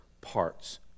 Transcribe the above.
parts